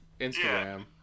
instagram